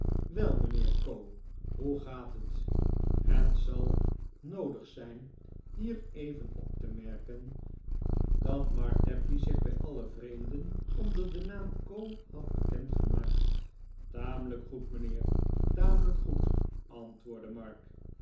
wel mijnheer co hoe gaat het het zal noodig zijn hier even op te merken r dat mark tapley zich bij alle vreemden onder den naam co had bekend gemaakt tamelijk goed mijnheer tamelijk goed antwoordde mark